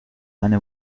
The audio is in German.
eine